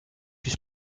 plus